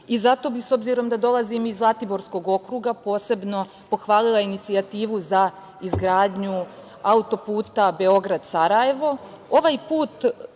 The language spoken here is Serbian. Zato bih, s obzirom da dolazim iz Zlatiborskog okruga, posebno pohvalila inicijativu za izgradnju autoputa Beograd – Sarajevo. Ovaj put